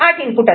8 input